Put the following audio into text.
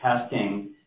testing